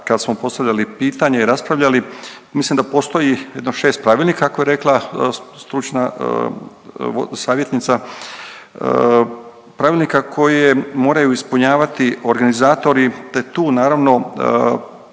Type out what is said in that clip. kad smo postavljali pitanje i raspravljali, mislim da postoji jedno 6 pravilnika kako je rekla stručna savjetnica, pravilnika koji moraju ispunjavati organizatori, te tu naravno